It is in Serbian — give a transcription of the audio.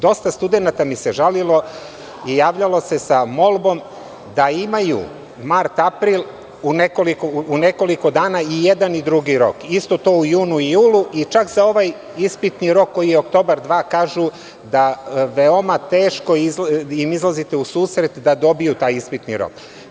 Dosta studenata mi se žalilo i javljalo se sa molbom da imaju mart, april u nekoliko dana i jedan i drugi rok, isto to u junu i julu i čak se ovaj ispitni rok koji je oktobar dva, kažu da im veoma teško izlazite u susret da dobiju taj ispitni rok.